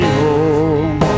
home